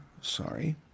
sorry